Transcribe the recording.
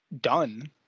done